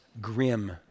grim